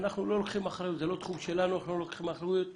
לא לקחת אחריות ולא להגיב.